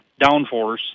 downforce